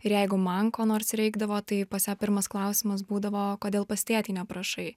ir jeigu man ko nors reikdavo tai pas ją pirmas klausimas būdavo kodėl pas tėtį neprašai